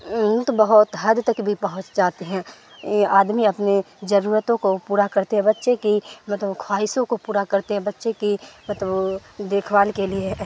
تو بہت حد تک بھی پہنچ جاتے ہیں آدمی اپنے ضرورتوں کو پورا کرتے ہیں بچے کی مطلب خواہشوں کو پورا کرتے بچے کی مطلب دیکھ بھال کے لیے